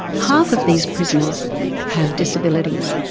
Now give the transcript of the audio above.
half of these prisoners have disabilities.